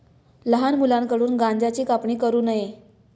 लहान मुलांकडून गांज्याची कापणी करू नये